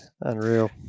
unreal